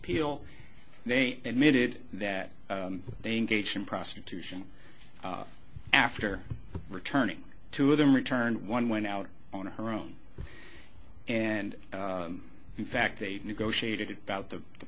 pill they admitted that they engage in prostitution after returning to them returned one went out on her own and in fact they negotiated about the